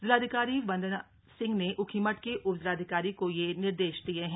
जिलाधिकारी वंदन सिंह ने ऊखीमठ के उप जिलाधिकारी को यह निर्देश दिये हैं